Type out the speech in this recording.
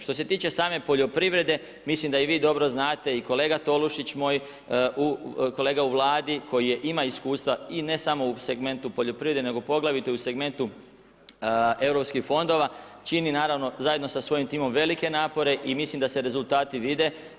Što se tiče same poljoprivrede mislim da i vi dobro znate i kolega Tolušić moj, kolega u Vladi koji ima iskustva i ne samo u segmentu poljoprivrede, nego poglavito i u segmentu europskih fondova čini naravno zajedno sa svojim timom velike napore i mislim da se rezultati vide.